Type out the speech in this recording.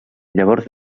llavors